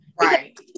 Right